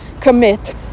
commit